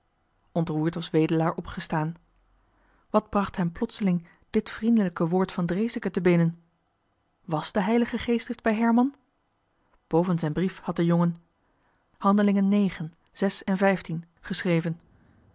ontroerd was wedelaar opgestaan wat bracht hem plotseling dit vriendelijke woord van dräseke te binnen wàs de heilige geestdrift bij herman boven zijn brief had de jongen handelingen en geschreven